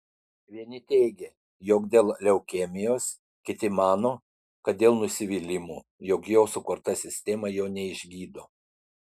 vieni teigia jog dėl leukemijos kiti mano kad dėl nusivylimo jog jo sukurta sistema jo neišgydo